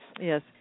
Yes